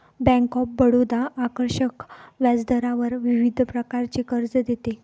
bank of Baroda आकर्षक व्याजदरावर विविध प्रकारचे कर्ज देते